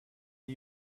and